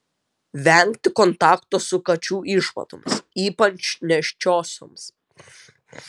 vengti kontakto su kačių išmatomis ypač nėščiosioms